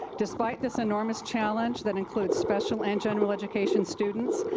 despite this enormous challenge that includes special and general education students,